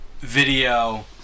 video